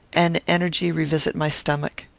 and energy revisit my stomach.